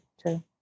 true